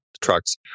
trucks